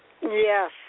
Yes